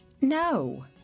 No